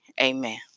Amen